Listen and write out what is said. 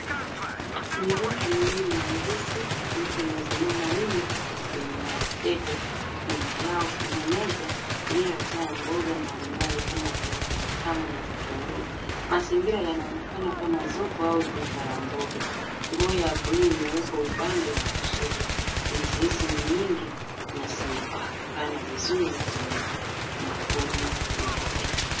Migomba miwili ya ndizi mbichi imesimama wima kwenye madebe. Nyuma yao kuna meza iliyojaa mboga mbalimbali kama viazi vitamu na vitunguu. Mazingira yanaonekana kama soko au duka la mboga. Nguo ya bluu imewekwa upande wa kushoto. Ndizi hizi ni nyingi na zimepakana vizuri kwenye makonyo yake.